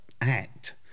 act